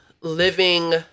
living